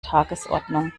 tagesordnung